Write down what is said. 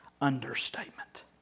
understatement